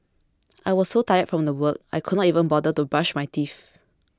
I was so tired from work I could not even bother to brush my teeth